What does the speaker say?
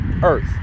earth